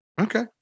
Okay